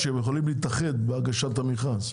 הם יכולים להתאחד בהגשת המכרז.